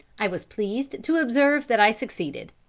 i was pleased to observe that i succeeded.